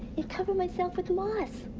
and cover myself with moss.